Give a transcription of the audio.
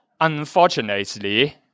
Unfortunately